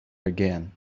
again